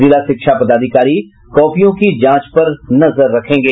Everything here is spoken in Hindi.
जिलाशिक्षा पदाधिकारी कॉपियों की जांच पर नजर रखेंगे